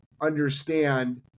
understand